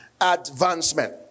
advancement